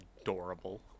adorable